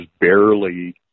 barely